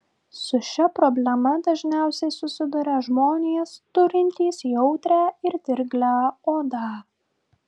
su šia problema dažniausiai susiduria žmonės turintys jautrią ir dirglią odą